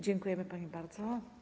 Dziękujemy pani bardzo.